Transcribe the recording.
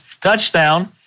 touchdown